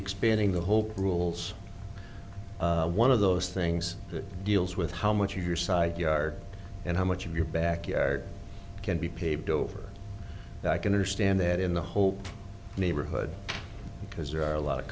expanding the whole rules one of those things that deals with how much of your side you are and how much of your back yard can be paved over and i can understand that in the whole neighborhood because there are a lot of